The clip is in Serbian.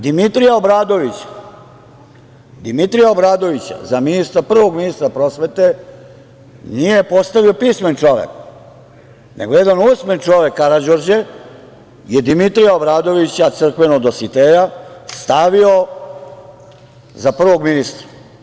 Dimitrija Obradovića za prvog ministra prosvete nije postavio pismen čovek, nego jedan usmen čovek Karađorđe je Dimitrija Obradovića, crkveno Dositeja, stavio za prvog ministra.